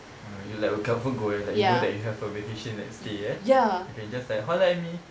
uh you like will confirm go eh like you know that you have a vacation like stay eh you can just like holler at me